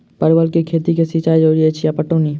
परवल केँ खेती मे सिंचाई जरूरी अछि या पटौनी?